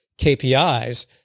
KPIs